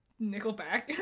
nickelback